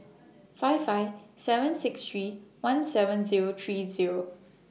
five five seven six three one seven Zero three Zero